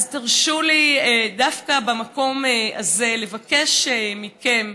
אז תרשו לי דווקא במקום הזה לבקש מכם,